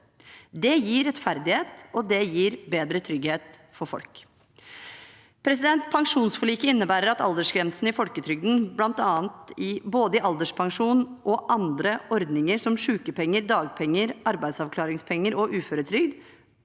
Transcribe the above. Det gir rettferdighet, og det gir bedre trygghet for folk. Pensjonsforliket innebærer at aldersgrensen i folketrygden, både for alderspensjon og andre ordninger, som sykepenger, dagpenger, arbeidsavklaringspenger og uføretrygd,